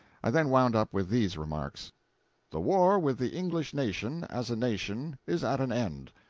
i then wound up with these remarks the war with the english nation, as a nation, is at an end.